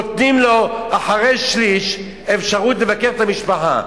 נותנים לו אחרי שליש אפשרות לבקר את המשפחה.